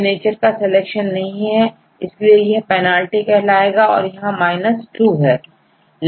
यह नेचर का सिलेक्शन नहीं है इसलिए यहां पेनल्टी कहलाएगा और यहां माइनस टू है